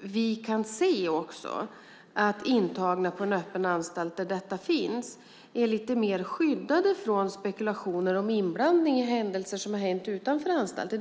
vi kan se att intagna på en öppen anstalt där detta finns är lite mer skyddade från spekulationer om inblandning i händelser som har inträffat utanför anstalten.